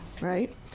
Right